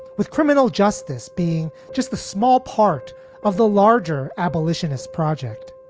with criminal justice being just the small part of the larger abolitionist project.